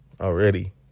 already